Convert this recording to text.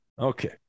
Okay